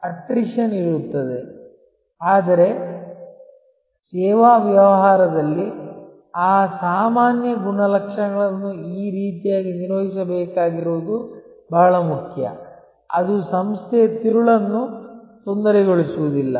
attrition ಇರುತ್ತದೆ ಆದರೆ ಸೇವಾ ವ್ಯವಹಾರದಲ್ಲಿ ಆ ಸಾಮಾನ್ಯ ಗುಣಲಕ್ಷಣಗಳನ್ನು ಈ ರೀತಿಯಾಗಿ ನಿರ್ವಹಿಸಬೇಕಾಗಿರುವುದು ಬಹಳ ಮುಖ್ಯ ಅದು ಸಂಸ್ಥೆಯ ತಿರುಳನ್ನು ತೊಂದರೆಗೊಳಿಸುವುದಿಲ್ಲ